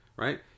Right